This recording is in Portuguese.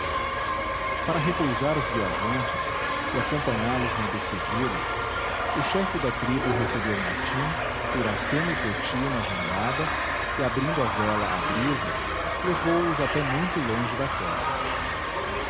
para repousar os viajantes e acompanhá los na despedida o chefe da tribo recebeu martim iracema e poti na jangada e abrindo a vela a brisa levou-os até muito longe da costa